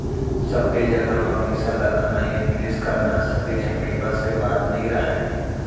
सब्बे जघा म पइसा लगाना या निवेस करना सबे झन के बस के बात नइ राहय